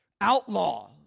outlaw